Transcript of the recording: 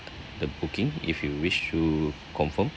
the booking if you wish to confirm